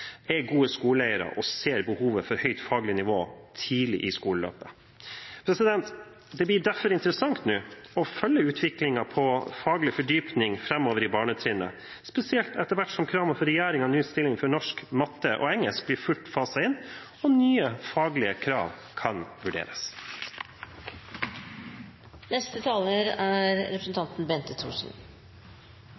er gode skoleeiere og ser behovet for et høyt faglig nivå tidlig i skoleløpet. Det blir derfor interessant å følge utviklingen i faglig fordypning på barnetrinnet framover, spesielt etter hvert som kravene som regjeringen nå stiller til norsk, matte og engelsk, blir faset inn for fullt og nye faglige krav kan